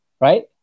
right